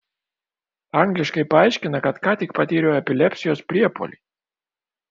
angliškai paaiškina kad ką tik patyriau epilepsijos priepuolį